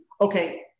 okay